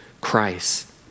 Christ